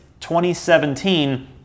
2017